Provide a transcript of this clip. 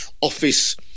office